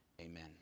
Amen